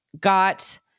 got